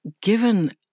given